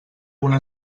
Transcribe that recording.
una